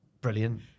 brilliant